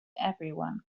everyone